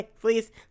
please